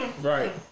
Right